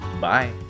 Bye